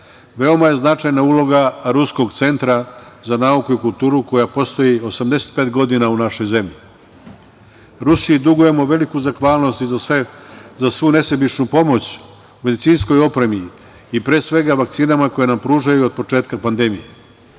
je značajna uloga Ruskog centra za nauku i kulturu koja postoji 85 godina u našoj zemlji. Rusiji dugujemo veliku zahvalnost i za svu nesebičnu pomoć u medicinskoj opremi i pre svega vakcinama koje nam pružaju od početka pandemije. Jedna